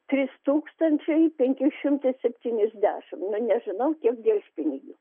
trys tūkstančiai penki šimtai septyniasdešim nu nežinau tiek delspinigių